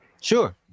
Sure